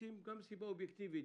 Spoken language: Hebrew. לעתים גם מסיבות אובייקטיביות,